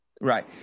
Right